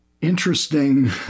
interesting